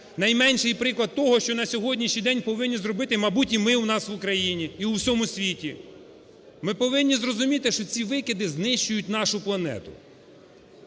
найменший приклад того, що на сьогоднішній день повинні зробити, мабуть, і ми у нас в Україні і в усьому світі. Ми повинні зрозуміти, що ці викиди знищують нашу планету.